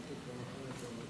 חברת הכנסת מירב כהן, בבקשה.